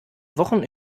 wochen